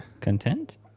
Content